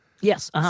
Yes